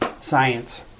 science